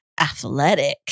athletic